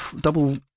double